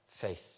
faith